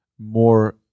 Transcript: more